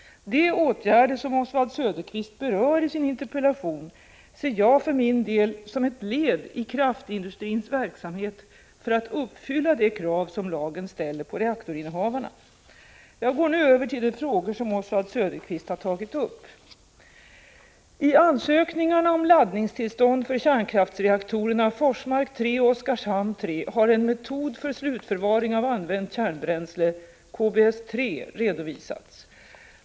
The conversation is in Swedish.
De åtgärder som Oswald Söderqvist berör i sin interpellation ser jag för min del som ett led i kraftindustrins verksamhet för att uppfylla de krav som lagen ställer på reaktorinnehavarna. Jag går nu över till de frågor som Oswald Söderqvist har tagit upp. I ansökningarna om laddningstillstånd för kärnkraftsreaktorerna Forsmark 3 och Oskarshamn 3 har en metod för slutförvaring av använt kärnbränsle, KBS 3, redovisats.